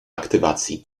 aktywacji